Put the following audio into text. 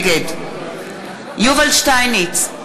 נגד יובל שטייניץ,